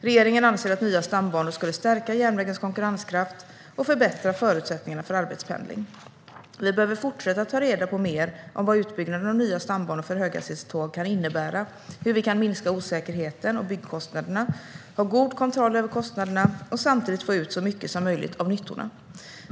Regeringen anser att nya stambanor skulle stärka järnvägens konkurrenskraft och förbättra förutsättningarna för arbetspendling. Vi behöver fortsätta att ta reda på mer om vad utbyggnaden av nya stambanor för höghastighetståg kan innebära, hur vi kan minska osäkerheten och byggkostnaderna och hur vi kan ha god kontroll över kostnaderna och samtidigt få ut så mycket som möjligt av nyttorna.